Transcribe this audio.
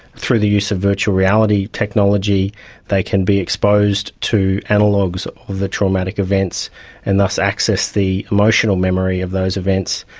through the use of virtual reality technology they can be exposed to analogues of the traumatic events and thus access the emotional memory of those events,